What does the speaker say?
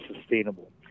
sustainable